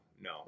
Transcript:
no